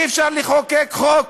אי-אפשר לחוקק חוק